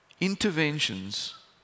interventions